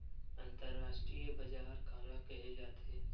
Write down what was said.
अंतरराष्ट्रीय बजार काला कहे जाथे?